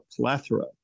plethora